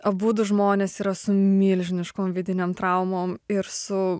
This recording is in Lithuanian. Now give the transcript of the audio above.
abudu žmonės yra su milžiniškom vidinėm traumom ir su